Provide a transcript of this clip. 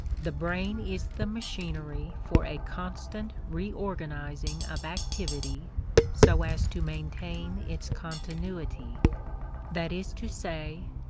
the brain is the machinery for a constant reorganizing of activity so as to maintain its continuity that is to say,